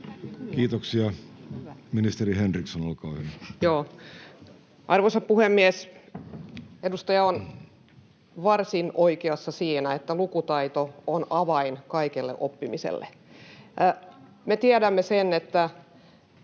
sd) Time: 16:10 Content: Arvoisa puhemies! Edustaja on varsin oikeassa siinä, että lukutaito on avain kaikelle oppimiselle. Me tiedämme sen, että